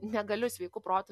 negaliu sveiku protu